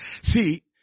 See